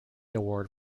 award